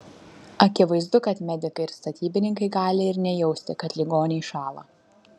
akivaizdu kad medikai ir statybininkai gali ir nejausti kad ligoniai šąla